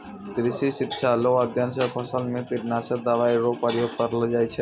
कृषि शिक्षा रो अध्ययन से फसल मे कीटनाशक दवाई रो प्रयोग करलो जाय छै